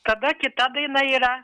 tada kita daina yra